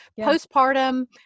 postpartum